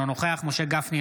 אינו נוכח משה גפני,